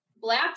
Black